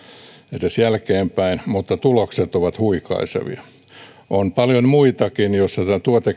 edes jälkeenpäin mutta tulokset ovat huikaisevia on paljon muitakin joissa tuotekehitys on